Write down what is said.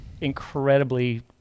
incredibly